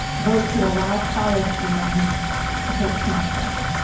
vote to allow college students to take smart drugs.